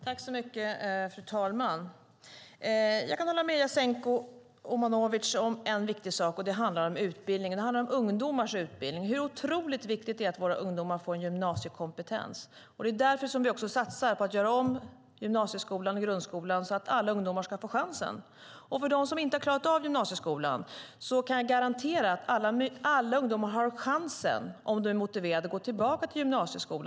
Fru talman! Jag kan hålla med Jasenko Omanovic om en viktig sak, och det handlar om ungdomars utbildning. Det är otroligt viktigt att våra ungdomar får gymnasiekompetens. Det är därför som vi också satsar på att göra om gymnasieskolan och grundskolan så att alla ungdomar ska få chansen. Jag kan garantera att alla ungdomar har chansen - om de är motiverade - att gå tillbaka till gymnasieskolan.